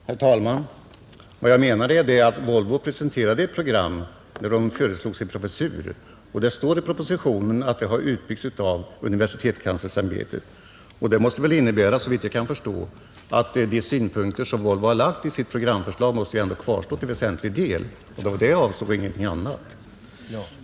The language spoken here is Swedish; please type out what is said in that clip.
Herr talman! Vad jag menade är att Volvo presenterade ett program, när företaget föreslog sin professur. Det står i propositionen att det har utbyggts av universitetskanslersämbetet. Det måste väl innebära, såvitt jag kan förstå, att de synpunkter Volvo har lagt fram i sitt programförslag måste kvarstå till väsentlig del. Jag avsåg detta och ingenting annat.